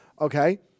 Okay